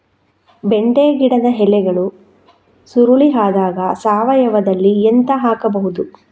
ಬೆಂಡೆ ಗಿಡದ ಎಲೆಗಳು ಸುರುಳಿ ಆದಾಗ ಸಾವಯವದಲ್ಲಿ ಎಂತ ಹಾಕಬಹುದು?